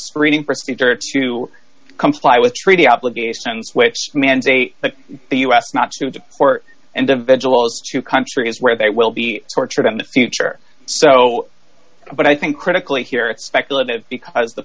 screening procedure to comply with treaty obligations which mandate that the us not to deport individuals to countries where they will be tortured in the future so but i think critically here it speculative because the